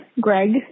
Greg